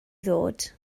ddod